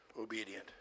obedient